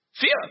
Fear